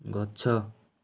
ଗଛ